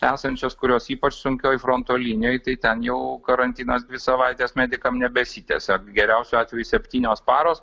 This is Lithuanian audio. esančias kurios ypač sunkioj fronto linijoj tai ten jau karantinas dvi savaites medikam nebesitęsia geriausiu atveju septynios paros